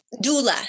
Dula